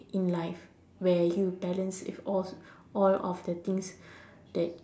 in life where you balance off all of the things that